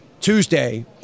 Tuesday